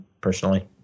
personally